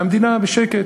והמדינה בשקט.